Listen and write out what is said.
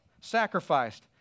sacrificed